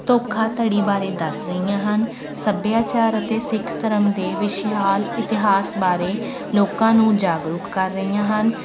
ਧੋਖਾਧੜੀ ਬਾਰੇ ਦੱਸ ਰਹੀਆਂ ਹਨ ਸੱਭਿਆਚਾਰ ਅਤੇ ਸਿੱਖ ਧਰਮ ਦੇ ਵਿਸ਼ਾਲ ਇਤਿਹਾਸ ਬਾਰੇ ਲੋਕਾਂ ਨੂੰ ਜਾਗਰੂਕ ਕਰ ਰਹੀਆਂ ਹਨ